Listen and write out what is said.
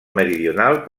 meridional